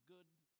good